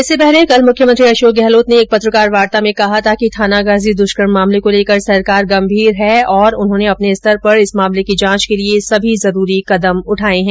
इससे पहले कल मुख्यमंत्री अशोक गहलोत ने एक पत्रकार वार्ता में कहा था कि थानागाजी दुष्कर्म मामले को लेकर सरकार गंभीर है और उन्होंने अपने स्तर पर इस मामले की जांच के लिये सभी जरूरी कदम उठाए हैं